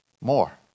more